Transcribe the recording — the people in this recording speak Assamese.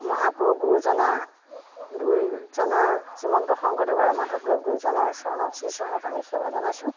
মহাপুৰুষ গুৰুজনা দুইজনাৰ শ্ৰীমন্ত শংকৰদেৱ আৰু মাধৱদেৱ দুইজনাৰ চৰণত শ্ৰী চৰণত আমি সেৱা জনাইছোঁ